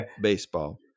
baseball